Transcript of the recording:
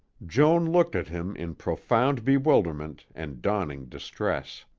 joan looked at him in profound bewilderment and dawning distress.